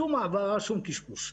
שום העברה, שום קשקוש.